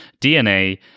DNA